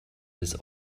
this